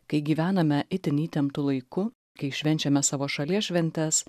kai gyvename itin įtemptu laiku kai švenčiame savo šalies šventes